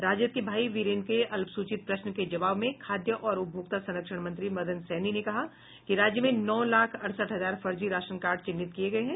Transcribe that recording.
राजद के भाई विरेन्द्र के अल्पसूचित प्रश्न के जवाब में खाद्य और उपभोक्ता संरक्षण मंत्री मदन सहनी ने कहा कि राज्य में नौ लाख अड़सठ हजार फर्जी राशन कार्ड चिन्हित किये गये हैं